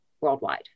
worldwide